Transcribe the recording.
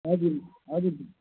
हजुर हजुर दा